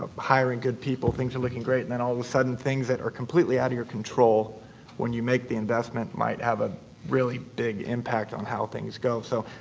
ah hiring good people, things are looking great and and all the sudden things that are completely out of your control when you make the investment might have a really big impact on how things go. so,